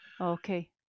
Okay